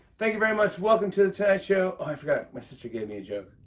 thank you very much. welcome to the tonight show. oh, i forgot. my sister gave me a joke.